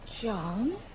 John